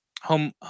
home